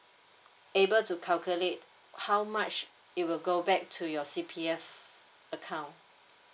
able to calculate how much it will go back to your C_P_F account